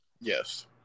Yes